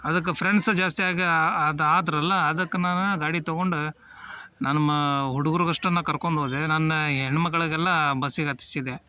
ಅದಕ್ಕೆ ಫ್ರೆಂಡ್ಸ್ ಜಾಸ್ತಿ ಆಗಿ ಅದು ಅದರಲ್ಲ ಅದಕ್ಕೆ ನಾನು ಗಾಡಿ ತೊಗೊಂಡು ನನ್ನ ಮಾ ಹುಡುಗ್ರಿಗ್ ಅಷ್ಟೇನ ಕರ್ಕೊಂಡ್ ಹೋದೆ ನನ್ನ ಹೆಣ್ಣು ಮಕ್ಕಳಿಗೆಲ್ಲ ಬಸ್ಸಿಗೆ ಹತ್ತಿಸಿದೆ